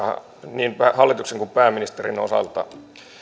niin hallituksen kuin pääministerin osalta